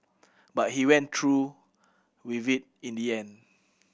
but he went through with it in the end